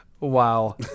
Wow